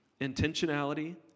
Intentionality